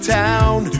town